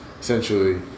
essentially